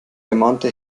ermahnte